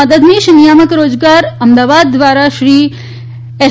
મદદનીશ નિયામક રોજગાર અમદાવાદ શ્રી એસ